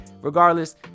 regardless